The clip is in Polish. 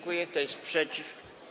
Kto jest przeciw?